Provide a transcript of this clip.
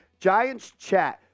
GIANTSCHAT